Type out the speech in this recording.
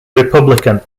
republican